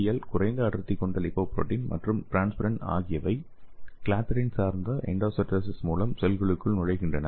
L குறைந்த அடர்த்தி கொண்ட லிப்போபுரோட்டீன் மற்றும் டிரான்ஸ்ஃபிரின் ஆகியவை கிளாத்ரின் சார்ந்த எண்டோசைட்டோசிஸ் மூலம் செல்களுக்குள் நுழைகின்றன